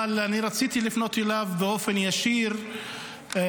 אבל אני רציתי לפנות אליו באופן ישיר לגבי